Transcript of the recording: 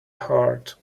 heart